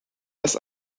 als